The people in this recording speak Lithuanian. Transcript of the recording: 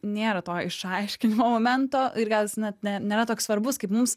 nėra to išaiškinimo momento ir gal jis net ne nėra toks svarbus kaip mums